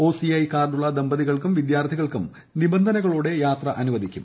O C I കാർഡുള്ള ദമ്പതികൾക്കും വിദ്യാർത്ഥികൾക്കും നിബന്ധനകളോടെ യാത്ര അനുവദിക്കും